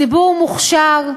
ציבור מוכשר,